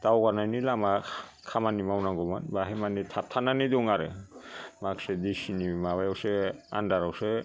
दावगानायनि लामा खामानि मावनांगौमोन बाहाय मानि थाबथानानै दं आरो माखासे डि सि नि माबायावसो आन्दार आवसो